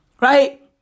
right